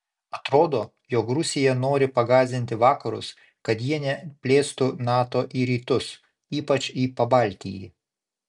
atrodo jog rusija nori pagąsdinti vakarus kad jie neplėstų nato į rytus ypač į pabaltijį